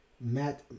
Matt